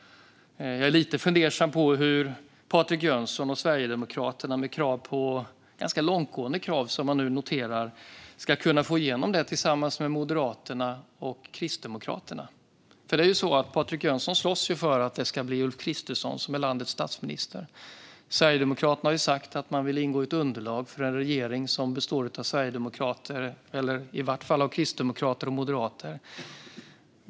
Jag är lite fundersam över hur Patrik Jönsson och Sverigedemokraterna, som har ganska långtgående krav, ska kunna få igenom det tillsammans med Moderaterna och Kristdemokraterna. Patrik Jönsson slåss ju för att Ulf Kristersson ska bli landets statsminister. Sverigedemokraterna har sagt att man vill ingå i ett underlag för en regering som består av sverigedemokrater eller i vart fall kristdemokrater och moderater.